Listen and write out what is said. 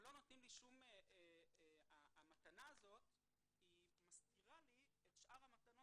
אבל המתנה הזאת היא מסתירה לי את שאר המתנות.